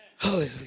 Hallelujah